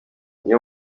iyo